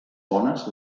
bones